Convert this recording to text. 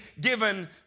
given